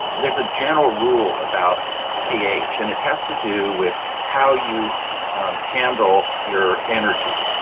there's a general rule about ph and it has to do with how you handle your energy.